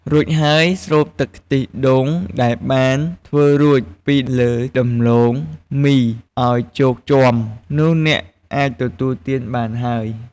រួចហើយ ស្រូបទឹកខ្ទិះដូងដែលបានធ្វើរួច ពីលើដំឡូងមីឱ្យជោគជាំ នោះអ្នកអាចទទួលទានបានហើយ។